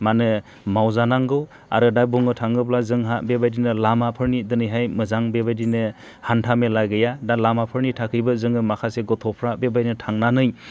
माहोनो मावजानांगौ आरो दा बुंनो थाङोब्ला जोंहा बेबादिनो लामाफोरनि दिनैहाय मोजां बेबायदिनो हान्था मेला गैया दा लामाफोरनि थाखायबो जोङो माखासे गथ'फ्रा बेबादिनो थांनानै